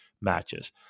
matches